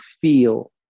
feel